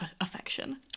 affection